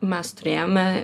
mes turėjome